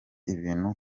ibintu